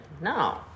No